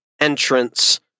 entrance